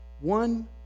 One